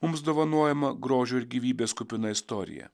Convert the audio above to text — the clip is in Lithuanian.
mums dovanojama grožio ir gyvybės kupina istorija